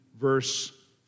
verse